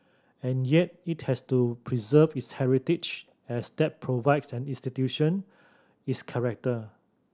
and yet it has to preserve its heritage as that provides an institution its character